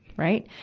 right.